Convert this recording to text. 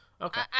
Okay